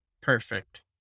perfect